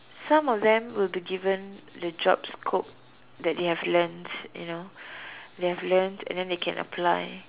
some of them will be given the job scope that they have learnt you know they have learnt and then they can apply